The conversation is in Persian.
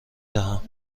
دهم